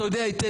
אתה יודע היטב,